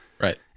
right